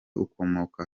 ukomoka